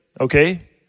Okay